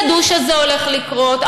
ידעו שזה הולך לקרות,